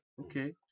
okay